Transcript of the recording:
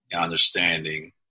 Understanding